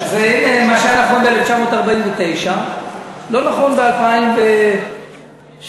והנה, מה שהיה נכון ב-1949 לא נכון ב-2013,